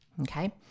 Okay